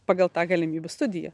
pagal tą galimybių studiją